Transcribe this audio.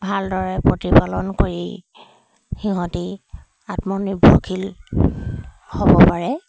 ভালদৰে প্ৰতিপালন কৰি সিহঁতি আত্মনিৰ্ভৰশীল হ'ব পাৰে